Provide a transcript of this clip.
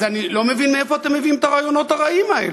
אז אני לא מבין מאיפה אתם מביאים את הרעיונות הרעים האלה.